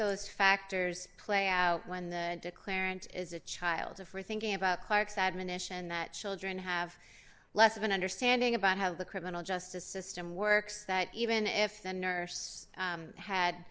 those factors play out when the declarant is a child of her thinking about clark's admonition that children have less of an understanding about how the criminal justice system works that even if the nurse